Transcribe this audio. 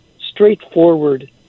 straightforward